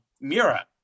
Mira